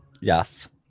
Yes